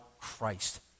Christ